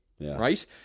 right